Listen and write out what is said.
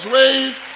raised